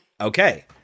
Okay